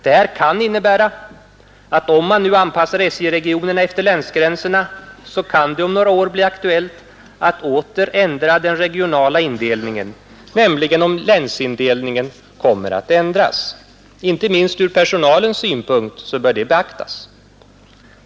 Det här kan innebära att om man nu anpassar SJ-regionerna efter länsgränserna, så kan det om några år bli aktuellt att åter ändra den regionala indelningen, nämligen om länsindelningen kommer att ändras. Inte minst ur personalens synpunkt bör det beaktas.